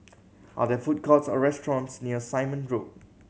are there food courts or restaurants near Simon Road